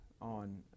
on